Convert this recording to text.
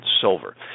silver